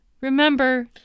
Remember